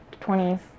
20s